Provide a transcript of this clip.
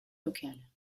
locales